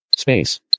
Space